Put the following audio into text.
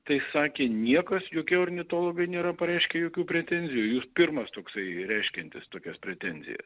tai sakė niekas jokie ornitologai nėra pareiškę jokių pretenzijų jūs pirmas toksai reiškiantis tokias pretenzijas